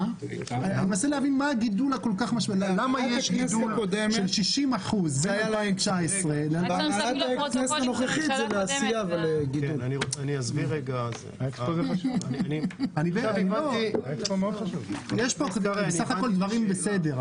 אני מנסה להבין למה יש גידול של 60%. יש בסך הכול דברים בסדר,